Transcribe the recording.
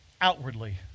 outwardly